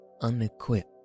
unequipped